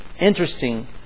Interesting